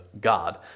God